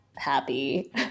happy